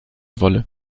wolle